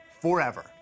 forever